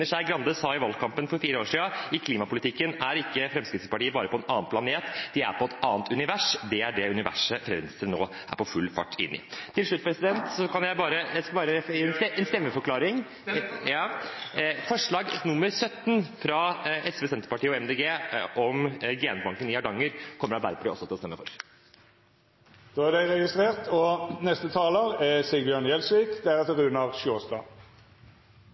Skei Grande sa i valgkampen for fire år siden: I klimapolitikken er ikke Fremskrittspartiet bare på en annen planet, de er i et annet univers. Det er det universet Venstre nå er på full fart inn i. Til slutt vil jeg komme med en stemmeforklaring: Forslag nr. 17, fra Sosialistisk Venstreparti, Senterpartiet og Miljøpartiet De Grønne, om genbank i Hardanger kommer Arbeiderpartiet også til å stemme for. Då er det registrert. Først til representanten Heggelund, som går på talerstolen her og